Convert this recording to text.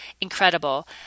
incredible